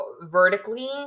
vertically